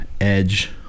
edge